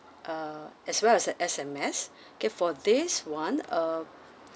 ah as well as the S_M_S okay for this [one] uh